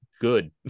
good